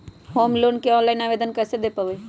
Home loan के online आवेदन कैसे दें पवई?